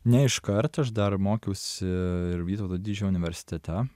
ne iš kart aš dar mokiausi ir vytauto didžiojo universitete